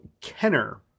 Kenner